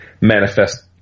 manifest